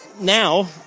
now